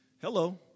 Hello